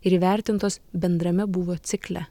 ir įvertintos bendrame būvio cikle